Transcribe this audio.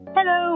Hello